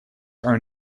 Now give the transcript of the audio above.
are